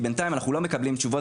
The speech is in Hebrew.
כי בינתיים אנחנו לא מקבלים תשובות,